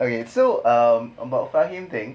okay so um about fahim thing